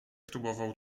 próbował